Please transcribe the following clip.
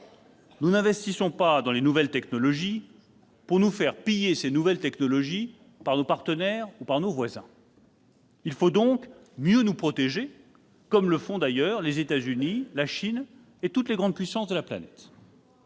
Nous n'investissons pas dans les nouvelles technologies pour nous faire piller par nos partenaires ou par nos voisins. Là, je suis d'accord ! Il faut donc mieux nous protéger, comme le font, d'ailleurs, les États-Unis, la Chine et toutes les grandes puissances de la planète.